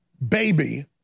Baby